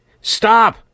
stop